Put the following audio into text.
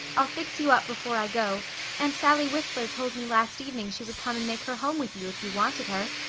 i'll fix you up before i go and sally whistler told me last evening she would come and make her home with you if you wanted her.